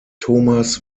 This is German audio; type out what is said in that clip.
thomas